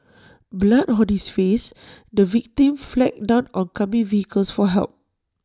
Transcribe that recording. blood on his face the victim flagged down oncoming vehicles for help